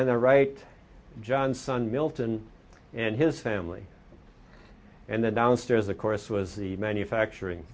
the right john son milton and his family and the downstairs of course was the manufacturing